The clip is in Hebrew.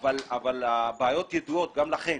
אבל הבעיות ידועות גם לכם.